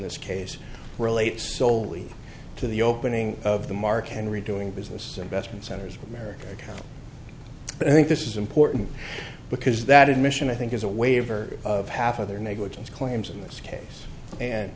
this case relate soley to the opening of the mark henry doing business investment centers of america but i think this is important because that admission i think is a waiver of half of their negligence claims in this case and